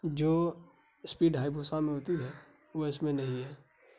جو speed high بوسا میں ہوتی ہے وہ اس میں نہیں ہے